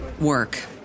work